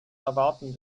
erwarten